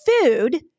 food